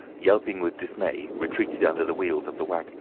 yelping with dismay, retreated under the wheels of the waggon